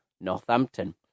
Northampton